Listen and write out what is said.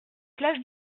place